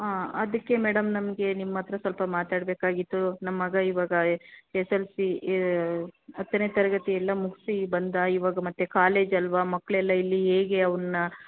ಆಂ ಅದಕ್ಕೆ ಮೇಡಮ್ ನಮಗೆ ನಿಮ್ಮ ಹತ್ತಿರ ಸ್ವಲ್ಪ ಮಾತಾಡಬೇಕಾಗಿತ್ತು ನಮ್ಮ ಮಗ ಈವಾಗ ಎಸ್ ಎಲ್ ಸಿ ಹತ್ತನೇ ತರಗತಿ ಎಲ್ಲ ಮುಗಿಸಿ ಬಂದ ಈವಾಗ ಮತ್ತೆ ಕಾಲೇಜ್ ಆಲ್ವಾ ಮಕ್ಕಳೆಲ್ಲ ಇಲ್ಲಿ ಹೇಗೆ ಅವನ್ನ